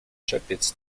czepiec